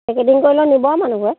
packaging কৰিলে নিব মানুহবোৰে